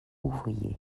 ouvrier